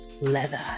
leather